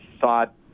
thought